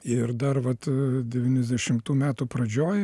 ir dar vat devyniasdešimtų metų pradžioj